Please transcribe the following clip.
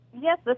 Yes